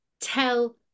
tell